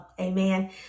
amen